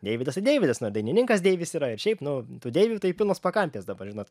deividas ir deividas na dainininkas deivis yra ir šiaip nu tų deivių tai pilnos pakampės dabar žinot